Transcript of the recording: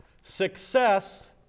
Success